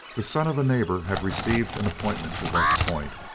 the son of a neighbor had received an appointment to west point,